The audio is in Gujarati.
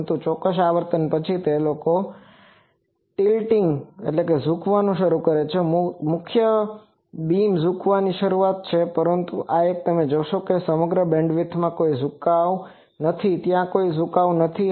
પરંતુ ચોક્કસ આવર્તન પછી તેઓ ટીલટીંગTiltingઝુકવાનું શરૂ કરે છે મુખ્ય બીમ ઝુકાવવાની શરૂઆત કરે છે પરંતુ આ એક તમે જોશો કે સમગ્ર બેન્ડમાં ત્યાં કોઈ ઝુકાવ નથી ત્યાં કોઈ ઝુકાવ નથી